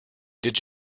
did